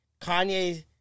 Kanye